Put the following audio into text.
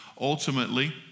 ultimately